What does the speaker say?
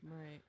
Right